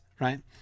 right